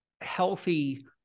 healthy